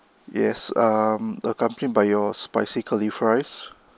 yes um accompany by your spicy curly fries